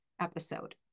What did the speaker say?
episode